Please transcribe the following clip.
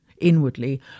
inwardly